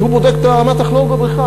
שבודק את רמת הכלור בבריכה,